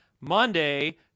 monday